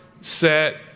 set